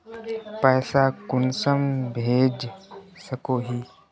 पैसा कुंसम भेज सकोही?